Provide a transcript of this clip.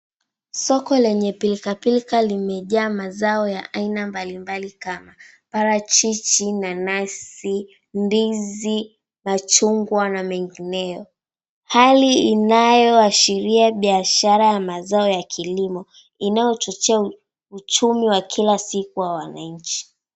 Soko lenye pilka pilka imejaa mazao ya aina mbalimbali kama parachichi ,nanasi, ndizi, machungwa na mengineo ,hali inayoashiria biashara ya mazao ya kilimo inayochochea uchumi wa kila siku wa wanainchi.